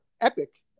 epic